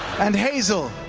and hazel,